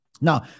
Now